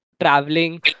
traveling